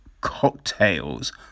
cocktails